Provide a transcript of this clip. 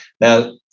Now